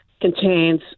contains